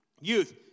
Youth